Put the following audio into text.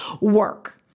work